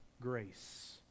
grace